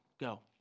go